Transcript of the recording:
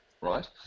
right